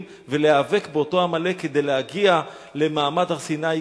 ולהיאבק באותו עמלק כדי להגיע למעמד הר-סיני,